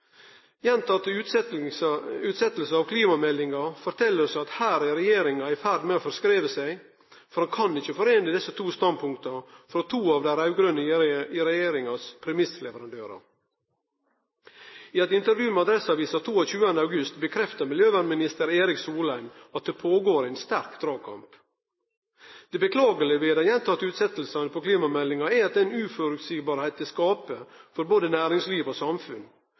Roar Flåthens? Gjentekne utsetjingar av klimameldinga fortel oss at her er regjeringa i ferd med å forskreve seg, for ein kan ikkje foreine desse to standpunkta frå to av den raud-grøne regjeringas premissleverandørar. I eit intervju med Adresseavisen 22. august i år bekreftar miljøvernminister Erik Solheim at det går føre seg ein sterk dragkamp. Det beklagelege ved dei gjentekne utsetjingane av klimameldinga er den uføreseielege situasjonen det skaper for både næringsliv og samfunn.